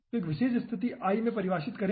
तो एक विशेष स्थिति i में परिभाषित करें